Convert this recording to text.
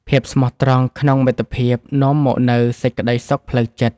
ភាពស្មោះត្រង់ក្នុងមិត្តភាព នាំមកនូវសេចក្តីសុខផ្លូវចិត្ត។